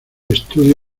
estudio